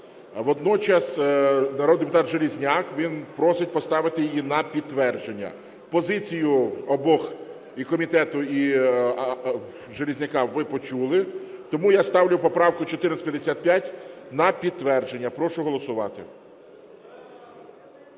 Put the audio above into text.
Водночас народний депутат Железняк він просить поставити її на підтвердження. Позицію обох, і комітету, і Железняка, ви почули. Тому я ставлю поправку 1455 на підтвердження. Прошу голосувати.